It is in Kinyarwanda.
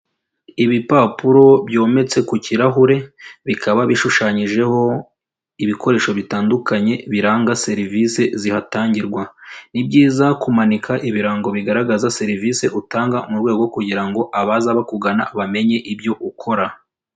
Ibipapuro byometse ku kirahure bikaba bishushanyijeho ibikoresho bitandukanye biranga serivise zihatangirwa, ni byiza kumanika ibirango bigaragaza serivise utanga mu rwego rwo kugira ngo abaza bakugana bamenye ibyo ukora.